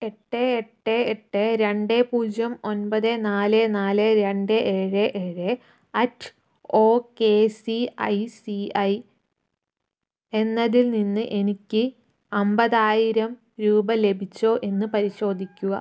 എട്ട് എട്ട് എട്ട് രണ്ട് പൂജ്യം ഒൻപത് നാല് നാല് രണ്ട് ഏഴ് ഏഴ് at O K C I C I എന്നതിൽ നിന്ന് എനിക്ക് അമ്പതായിരം രൂപ ലഭിച്ചോ എന്ന് പരിശോധിക്കുക